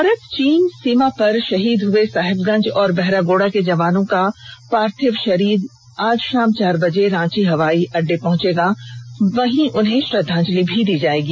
भारत चीन सीमा पर शहीद हुए साहेबगंज और बहरागोड़ा के जवानों का पार्थिव शरीर आज शाम चार बजे रांची हवाई अड़डा पहुंचेगा वहीं उन्हें श्रद्वांजलि भी दी जाएगी